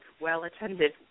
well-attended